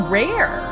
rare